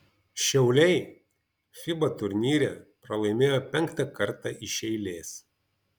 šiauliai fiba turnyre pralaimėjo penktą kartą iš eilės